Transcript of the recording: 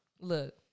Look